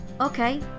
Okay